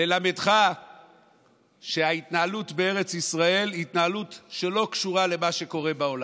ללמדך שההתנהלות בארץ ישראל היא התנהלות שלא קשורה למה שקורה בעולם.